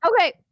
Okay